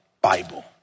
Bible